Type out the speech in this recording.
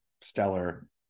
stellar